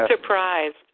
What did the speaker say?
surprised